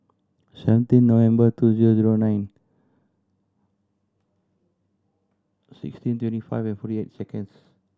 seventeen November two zero zero nine sixteen twenty five and forty eight seconds